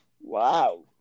Wow